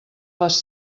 les